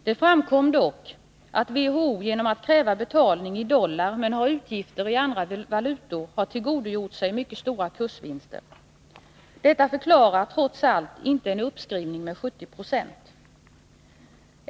Det framkom dock att WHO genom att kräva betalning i dollar men ha utgifter i andra valutor har tillgodogjort sig mycket stora kursvinster. Detta förklarar trots allt inte en uppskrivning med 70 96.